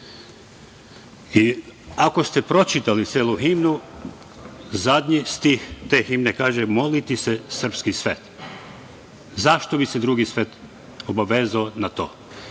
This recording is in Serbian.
ste pročitali celu himnu, zadnji stih, te himne, kaže „moliti se srpski svet“. Zašto bi se drugi svet obavezao na to?